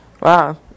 wow